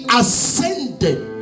ascended